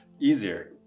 easier